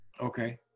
okay